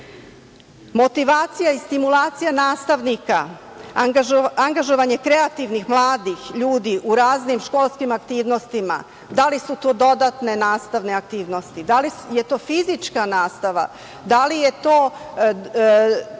ciljeve. Motivacija i stimulacija nastavnika, angažovanje kreativnih, mladih ljudi u raznim školskim aktivnostima, da li su to dodatne nastavne aktivnosti, da li je to fizička nastava, da li je to